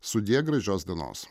sudie gražios dienos